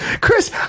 Chris